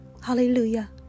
Hallelujah